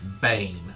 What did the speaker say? Bane